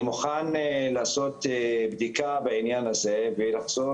אני מוכן לעשות בדיקה בעניין הזה ולחזור